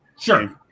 Sure